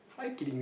are you kidding me